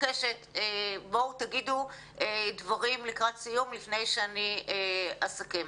בואו תגידו דברים לקראת סיום לפני שאני אסכם.